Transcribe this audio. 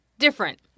different